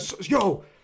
yo